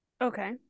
Okay